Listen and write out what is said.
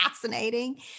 Fascinating